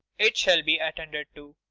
it shall be attended to.